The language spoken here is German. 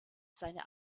seine